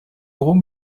gros